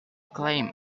claim